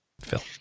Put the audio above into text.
Phil